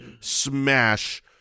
smash